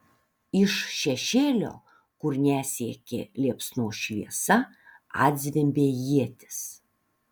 iš šešėlio kur nesiekė liepsnos šviesa atzvimbė ietis